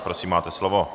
Prosím, máte slovo.